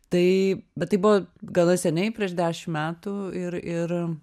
tai bet tai buvo gana seniai prieš dešim metų ir ir